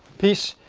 piece.